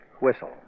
whistle